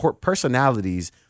personalities